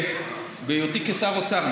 בהיותי כשר אוצר,